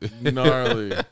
gnarly